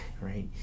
right